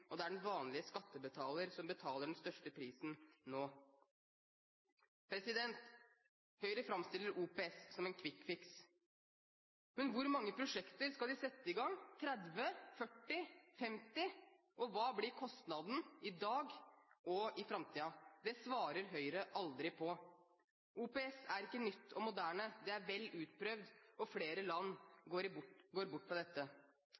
og det er den vanlige skattebetaler som betaler den største prisen nå. Høyre framstiller OPS som en «quick fix». Men hvor mange prosjekter skal de sette i gang – 30, 40, 50? Og hva blir kostnaden i dag og i framtiden? Det svarer Høyre aldri på. OPS er ikke nytt og moderne. Det er vel utprøvd, og flere land går bort fra dette.